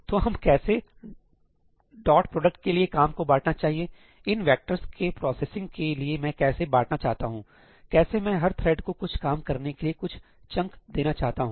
तो हम कैसे डॉट प्रोडक्ट के लिए काम को बांटना चाहते हैं इन वेक्टर्स के प्रोसेसिंग के लिए मैं कैसे बांटना चाहता हूं कैसे मैं हर थ्रेड को कुछ काम करने के लिए कुछ चंक देना चाहता हूं